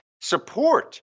support